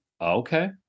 Okay